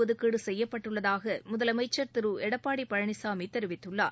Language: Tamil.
ஒதுக்கீடு செய்யப்பட்டுள்ளதாக முதலமைச்சர் திரு எடப்பாடி பழனிசாமி தெரிவித்துள்ளார்